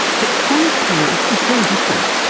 but chronic pain is very different.